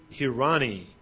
Hirani